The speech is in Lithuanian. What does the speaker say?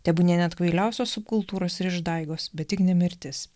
tebūnie net kvailiausios subkultūros ir išdaigos bet tik ne mirtis